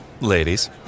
Ladies